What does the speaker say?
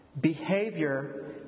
Behavior